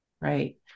Right